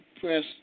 press